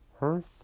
earth